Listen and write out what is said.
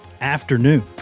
afternoon